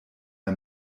der